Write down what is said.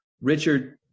richard